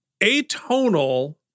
atonal